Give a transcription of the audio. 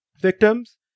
victims